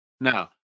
Now